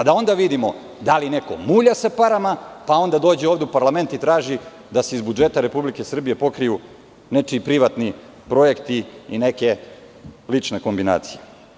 Onda da vidimo da li neko mulja sa parama, pa onda dođe ovde u parlament i traži da se iz budžeta Republike Srbije pokriju nečiji privatni projekti i neke lične kombinacije.